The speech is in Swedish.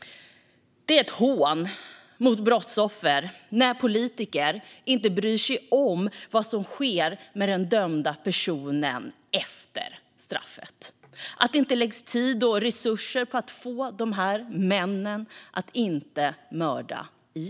Det är ett hån mot brottsoffer när politiker inte bryr sig om vad som sker med den dömda personen efter straffet och när det inte läggs tid och resurser på att få dessa män att inte mörda igen.